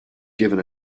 given